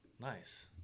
Nice